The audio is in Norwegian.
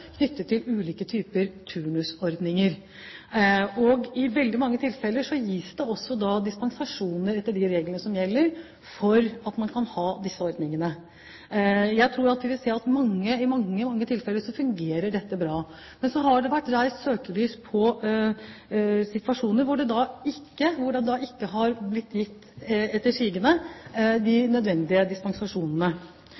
ulike typer turnusordninger. I veldig mange tilfeller gis det dispensasjon etter de reglene som gjelder for denne ordningen. Jeg tror at vi i mange, mange tilfeller vil se at dette fungerer bra. Men så har det vært satt søkelys på situasjoner hvor det ikke har blitt gitt – etter sigende – de